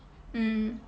mm